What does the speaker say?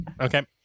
Okay